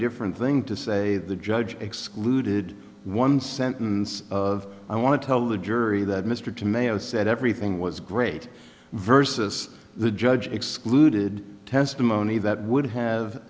different thing to say the judge excluded one sentence of i want to tell the jury that mr de maio said everything was great versus the judge excluded testimony that would have